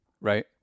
right